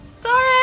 Sorry